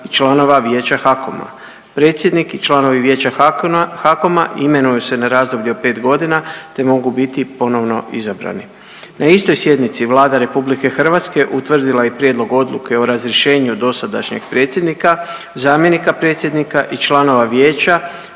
i članova vijeća HAKOM-a. Predsjednik i članovi vijeća HAKOM-a imenuju se na razdoblje od 5 godina te mogu biti ponovno izabrani. Na istoj sjednici Vlada RH utvrdila je i Prijedlog Odluke o razrješenju dosadašnjeg predsjednika, zamjenika predsjednika i članova vijeća